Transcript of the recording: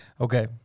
Okay